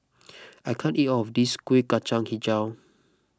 I can't eat all of this Kuih Kacang HiJau